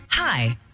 Hi